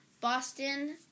Boston